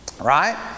Right